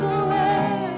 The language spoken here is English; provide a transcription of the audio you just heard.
away